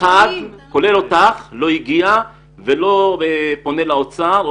אף אחד, כולל אותך, לא הגיע ולא פונה לאוצר.